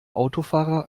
autofahrer